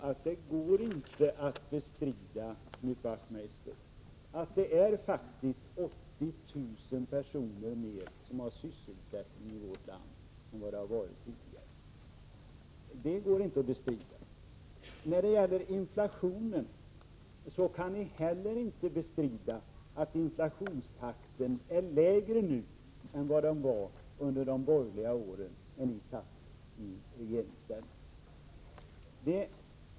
Men det går inte att bestrida, Knut Wachtmeister, att det faktiskt är 80 000 personer fler som har sysselsättning i vårt land än tidigare. När det gäller inflationen kan ni inte heller bestrida att inflationstakten är lägre nu än vad den var under de borgerliga åren när ni satt i regeringsställning.